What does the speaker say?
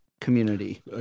community